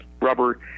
rubber